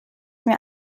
mir